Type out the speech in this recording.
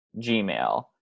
Gmail